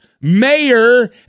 mayor